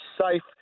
safe